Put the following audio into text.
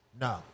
No